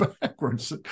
backwards